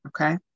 okay